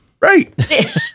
Right